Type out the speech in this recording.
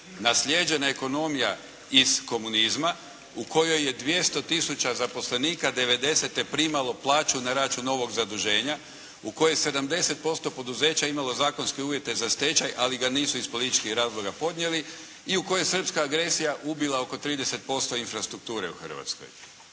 naslijeđena ekonomija iz komunizma u kojoj je 200 tisuća zaposlenika '90. primalo plaću na račun ovog zaduženja u kojem je 70% poduzeća imalo zakonske uvjete za stečaj ali ga nisu iz političkih razloga podnijeli i u kojoj je srpska agresija ubila oko 30% infrastrukture u Hrvatskoj.